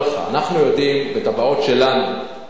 אנחנו יודעים בתב"עות שלנו,